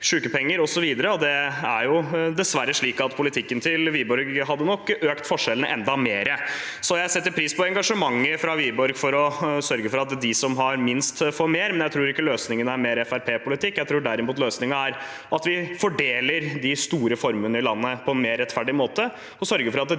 sykepenger osv. Det er nok dessverre slik at politikken til Wiborg hadde økt forskjellene enda mer. Jeg setter pris på engasjementet fra Wiborg for å sørge for at de som har minst, får mer, men jeg tror ikke løsningen er mer Fremskrittsparti-politikk. Jeg tror derimot løsningen er at vi fordeler de store formuene i landet på en mer rettferdig måte og sørger for at de som har minst, får mer